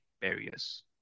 barriers